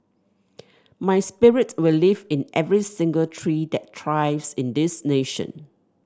my spirit will live in every single tree that thrives in this nation